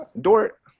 Dort